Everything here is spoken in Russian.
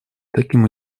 таким